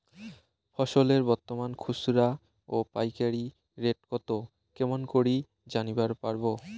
ফসলের বর্তমান খুচরা ও পাইকারি রেট কতো কেমন করি জানিবার পারবো?